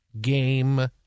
game